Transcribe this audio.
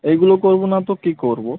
এইগুলো করব না তো কী করব